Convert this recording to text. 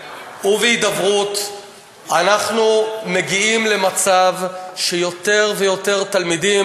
אנחנו מגיעים למצב שיותר ויותר תלמידים,